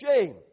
shame